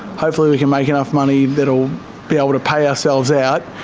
hopefully we can make enough money that we'll be able to pay ourselves out,